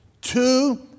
two